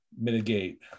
mitigate